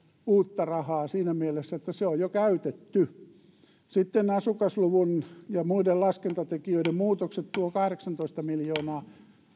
uutta rahaa siinä mielessä että se on jo käytetty sitten asukasluvun ja muiden laskentatekijöiden muutokset tuo kahdeksantoista miljoonaa